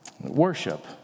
Worship